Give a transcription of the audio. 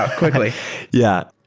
quickly yeah.